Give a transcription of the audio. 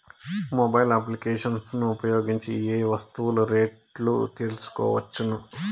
Mobile applications ను ఉపయోగించి ఏ ఏ వస్తువులు రేట్లు తెలుసుకోవచ్చును?